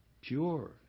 pure